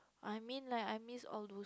I mean like I miss all those